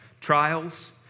trials